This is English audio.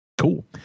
Cool